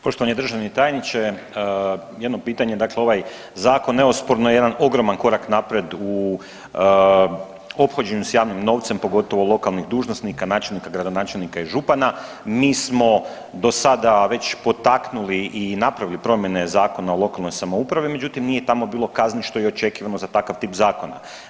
Poštovani državni tajniče, jedno pitanje, dakle ovaj zakon neosporno je jedan ogroman korak naprijed u ophođenju s javnim novcem pogotovo lokalnih dužnosnika, načelnika, gradonačelnika i župana, mi smo do sada već potaknuli i napravili promjene Zakona o lokalnoj samoupravi međutim nije tamo bilo kazni što je i očekivano za takav tip zakona.